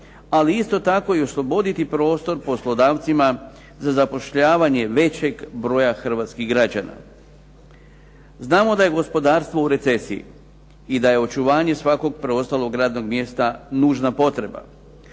ali isto tako i osloboditi prostor poslodavcima za zapošljavanje većeg broja hrvatskih građana. Znamo da je gospodarstvo u recesiji i da je očuvanje svakog preostalog radnog mjesta nužna potreba.